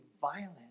violent